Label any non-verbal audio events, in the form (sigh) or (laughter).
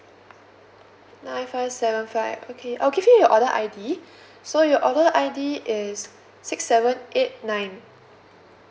nine five seven five okay I'll give you your order I_D (breath) so your order I_D is six seven eight nine